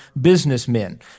businessmen